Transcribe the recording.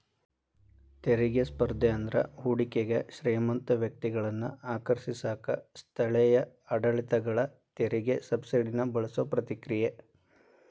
ತೆರಿಗೆ ಸ್ಪರ್ಧೆ ಅಂದ್ರ ಹೂಡಿಕೆಗೆ ಶ್ರೇಮಂತ ವ್ಯಕ್ತಿಗಳನ್ನ ಆಕರ್ಷಿಸಕ ಸ್ಥಳೇಯ ಆಡಳಿತಗಳ ತೆರಿಗೆ ಸಬ್ಸಿಡಿನ ಬಳಸೋ ಪ್ರತಿಕ್ರಿಯೆ